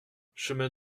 chemin